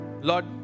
lord